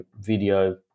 video